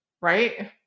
Right